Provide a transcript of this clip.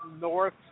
North